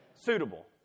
Suitable